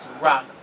rock